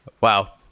wow